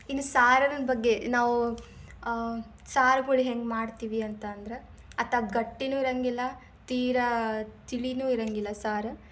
ಇನ್ನು ಸಾರಿನ ಬಗ್ಗೆ ನಾವು ಸಾರ್ಗಳು ಹೆಂಗೆ ಮಾಡ್ತೀವಿ ಅಂತ ಅಂದ್ರೆ ಅತ್ಲಾಗ ಗಟ್ಟಿಯೂ ಇರಂಗಿಲ್ಲ ತೀರಾ ತಿಳಿಯೂ ಇರಂಗಿಲ್ಲ ಸಾರು